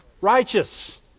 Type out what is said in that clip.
Righteous